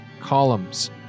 columns